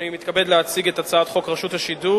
אני מתכבד להציג את הצעת חוק רשות השידור